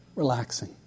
Relaxing